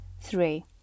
Three